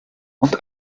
und